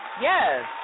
yes